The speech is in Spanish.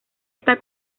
está